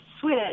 switch